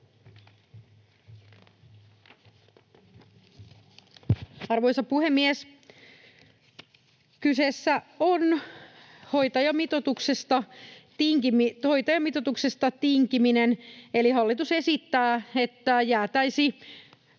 Arvoisa puhemies! Kyseessä on hoitajamitoituksesta tinkiminen, eli hallitus esittää, että jäätäisiin